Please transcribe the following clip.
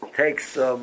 takes